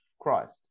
Christ